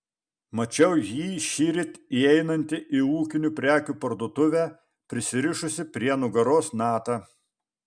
mačiau jį šįryt įeinantį į ūkinių prekių parduotuvę prisirišusį prie nugaros natą